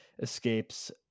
escapes